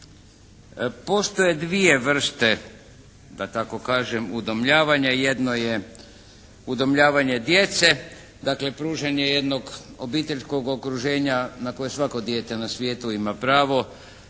Postoje dvije vrste da tako kažem, udomljavanja. Jedno je udomljavanja djece, dakle pružanje jednog obiteljskog okruženja na koje svako dijete na svijetu ima pravo,